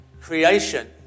creation